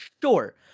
sure